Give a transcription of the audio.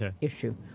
issue